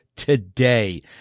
today